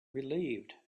relieved